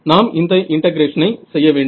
நாம் இந்த இன்டெக்ரேஷனை செய்ய வேண்டும்